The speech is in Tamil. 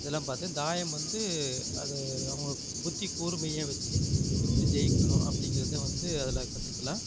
இதெல்லாம் பார்த்து தாயம் வந்து அது அவங்களுக்கு புத்திக்கூர்மையை வச்சு எப்படி ஜெயிக்கணும் அப்படிங்கிறத வந்து அதில் கற்றுக்கலாம்